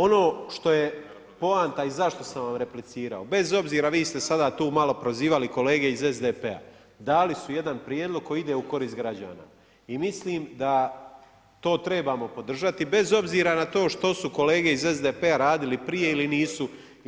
Ono što je poanta i zašto sam vam replicirao, bez obzira vi ste sada tu malo prozivali kolege iz SDP-a, dali su jedan prijedlog koji ide u korist građana i mislim da to trebamo podržati bez obzira na to na to što su kolege iz SDP-a radili prije